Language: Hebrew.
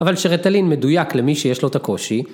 ‫אבל שרטלין מדויק למי שיש לו את הקושי.